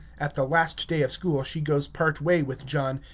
at the last day of school she goes part way with john,